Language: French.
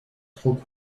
trop